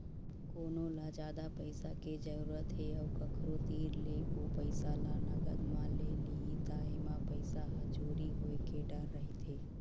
कोनो ल जादा पइसा के जरूरत हे अउ कखरो तीर ले ओ पइसा ल नगद म ले लिही त एमा पइसा ह चोरी होए के डर रहिथे